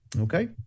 Okay